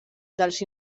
dels